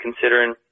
considering